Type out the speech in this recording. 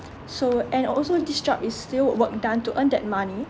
so and also this job is still work done to earn that money